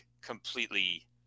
completely